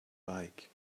bike